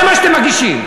זה מה שאתם מגישים.